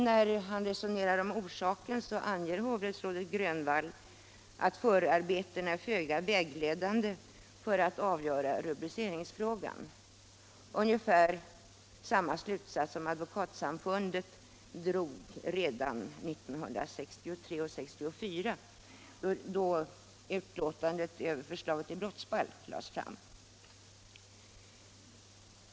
När han resonerar om orsaken anger hovrätts 177 rådet Grönvall att förarbetena är föga vägledande för att avgöra rubriceringsfrågan; ungefär samma slutsats som Advokatsamfundet drog redan 1963 och 1964 då utlåtandet över förslag till brottsbalk lades fram.